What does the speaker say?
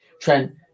Trent